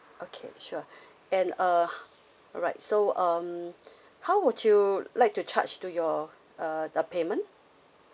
okay sure and uh alright so um how would you like to charge to your uh the payment